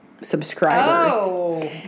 subscribers